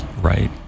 Right